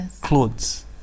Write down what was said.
clothes